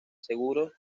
seguros